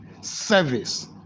service